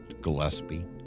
Gillespie